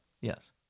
Yes